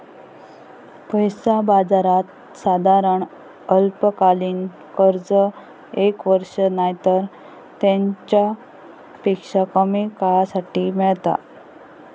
पैसा बाजारात साधारण अल्पकालीन कर्ज एक वर्ष नायतर तेच्यापेक्षा कमी काळासाठी मेळता